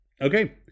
okay